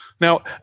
Now